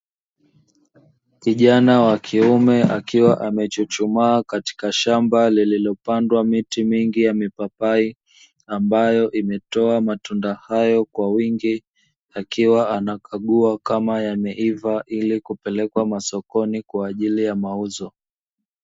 Kijana wa kiume akiwa amechuchumaa katika shamba lililopandwa miti mingi ya mipapai, ambayo imetoa matunda hayo kwa wingi, akiwa anakagua kama yameiva ili kupelekwa sokoni kwa ajili ya mauzo.